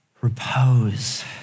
repose